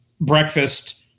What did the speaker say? breakfast